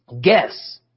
guess